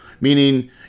meaning